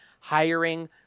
hiring